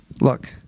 Look